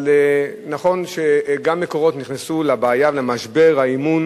נכון שגם "מקורות" נכנסו לבעיה ולמשבר האמון